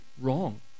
wrong